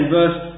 verse